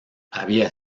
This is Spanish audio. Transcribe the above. había